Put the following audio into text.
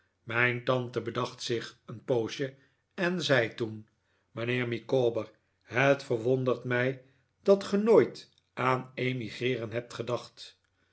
mijn tante bedacht zich een poosje en zei toen mijnheer micawber het verwondert mij dat ge nooit aan emigreeren hebt gedacht